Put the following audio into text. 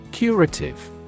Curative